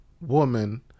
woman